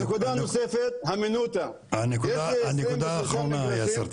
הנקודה הנוספת הימנותא --- וזו נקודה האחרונה יאסר,